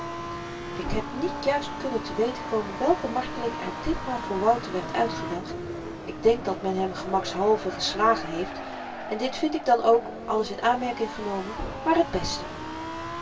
ik heb niet juist kunnen te weten komen welke marteling er ditmaal voor wouter werd uitgedacht ik denk dat men hem gemakshalve geslagen heeft en dit vind ik dan ook alles in aanmerking genomen maar het beste